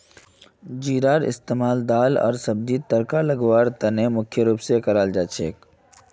जीरार इस्तमाल दाल आर सब्जीक तड़का लगव्वार त न मुख्य रूप स कराल जा छेक